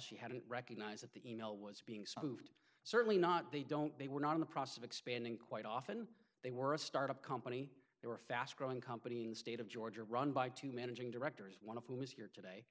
she hadn't recognized that the e mail was being spoofed certainly not they don't they were not in the process of expanding quite often they were a startup company they were a fast growing company in the state of georgia run by two managing directors one of whom is here today